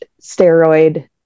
steroid